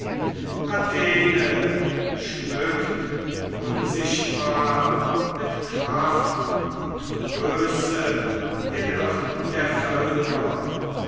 athene schmückt unsichtbar mit kraft und größe den hirten der völker